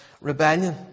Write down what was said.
rebellion